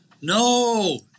no